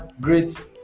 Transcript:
great